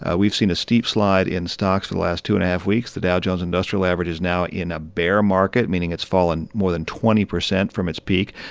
ah we've seen a steep slide in stocks for the last two and a half weeks. the dow jones industrial average is now in a bear market, meaning it's fallen more than twenty percent from its peak.